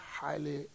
highly